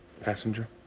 Passenger